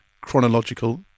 chronological